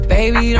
Baby